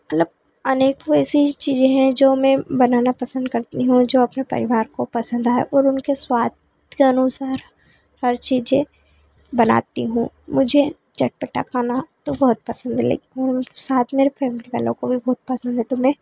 मतलब अनेकों ऐसी चीज़ें हैं जो हमें बनाना पसंद करती हूँ जो अपने परिवार को पसंद है और उनके स्वाद के अनुसार हर चीज़ें बनाती हूँ मुझे चटपटा खाना तो बहुत पसंद है लेकिन साथ मेरे फ़ैमिली वालों को भी बहुत पसंद है तो मैं